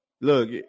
look